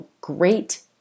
great